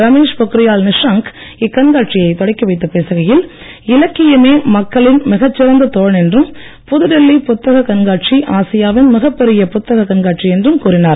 ரமேஷ் பொக்ரியால் நிஷாங்க் இக்கண்காட்சியை தொடக்கிவைத்துப் பேசுகையில் இலக்கியமே மக்களின் மிகச்சிறந்த தோழன் என்றும் புதுடில்லி புத்தகக் கண்காட்சி ஆசியா வின் மிகப்பெரிய புத்தகக் கண்காட்சி என்றும் கூறினார்